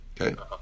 Okay